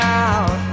out